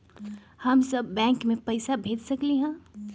हम सब बैंक में पैसा भेज सकली ह?